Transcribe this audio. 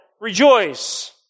rejoice